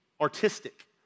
artistic